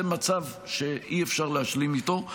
זה מצב שאי-אפשר להשלים איתו,